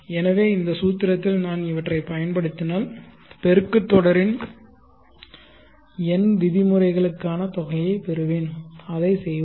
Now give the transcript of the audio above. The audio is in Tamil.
எனவே இந்த சூத்திரத்தில் நான் இவற்றைப் பயன்படுத்தினால் பெருக்கு தொடரின் n விதிமுறைகளுக்கான தொகையைப் பெறுவேன் அதைச் செய்வோம்